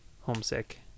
homesick